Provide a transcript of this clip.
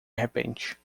repente